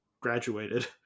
graduated